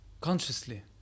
consciously